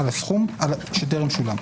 על הסכום שטרם שולם.